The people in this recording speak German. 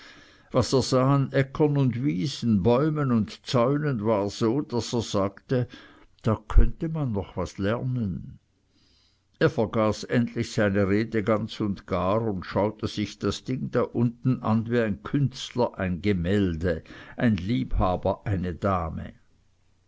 er sah an äckern und wiesen bäumen und zäunen war so daß er sagte da könnte man noch was lernen er vergaß endlich seine rede ganz und gar und schaute sich das ding da unten an wie ein künstler ein gemälde ein liebhaber eine dame